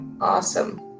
Awesome